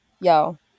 yo